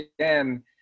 again